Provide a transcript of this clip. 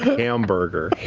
hamburger.